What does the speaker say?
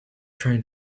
trying